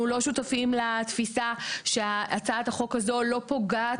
אנחנו לא שותפים לתפיסה שהצעת החוק הזאת לא פוגעת בזכויות.